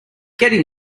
getting